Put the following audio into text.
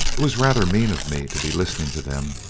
it was rather mean of me to be listening to them,